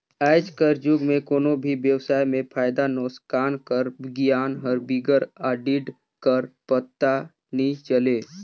आएज कर जुग में कोनो भी बेवसाय में फयदा नोसकान कर गियान हर बिगर आडिट कर पता नी चले